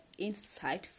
Insightful